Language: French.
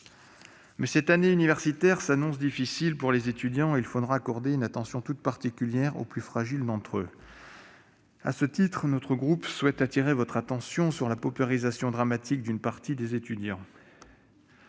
cette année universitaire s'annonce difficile pour les étudiants, et il faudra accorder une attention toute particulière aux plus fragiles d'entre eux. À ce titre, notre groupe souhaite appeler votre attention sur la paupérisation dramatique d'une partie de nos étudiants.